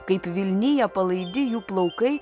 kaip vilnija palaidi jų plaukai